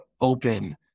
open